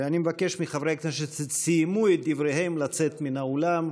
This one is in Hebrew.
ואני מבקש מחברי כנסת שסיימו את דבריהם לצאת מן האולם,